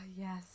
yes